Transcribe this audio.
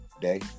day